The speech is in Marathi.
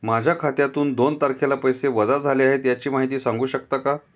माझ्या खात्यातून दोन तारखेला पैसे वजा झाले आहेत त्याची माहिती सांगू शकता का?